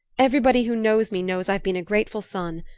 everybody who knows me knows i've been a grateful son.